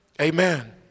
Amen